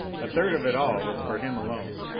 a third of it all was for him alone.